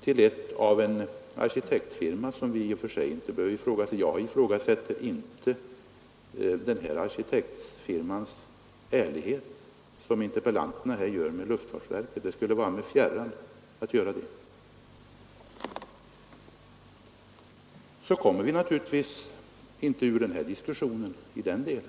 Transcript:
till en arkitektfirma. Jag ifrågasätter inte denna arkitektfirmas ärlighet, som interpellanterna här gör med luftfartsverket det skulle vara mig fjärran att göra det. På detta sätt kommer vi naturligtvis inte ur den här diskussionen i den delen.